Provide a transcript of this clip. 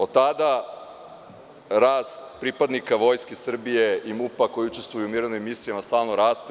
Od tada rast pripadnika Vojske Srbije i MUP-a koji učestvuju u mirovnim misijama stalno raste.